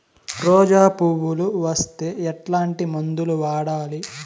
రోజా పువ్వులు వస్తే ఎట్లాంటి మందులు వాడాలి?